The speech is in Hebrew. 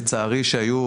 לצערי,